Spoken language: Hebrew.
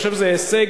אני חושב שזה הישג